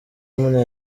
w’umunya